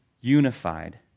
unified